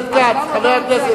בחירות.